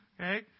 Okay